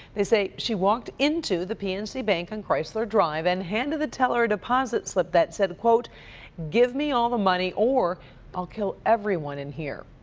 they say she walked into the pnc bank on chrysler drive and handed the teller a deposit slit that said, give me all the money or i'll kill everyone in here.